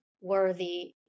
worthy